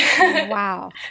Wow